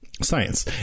Science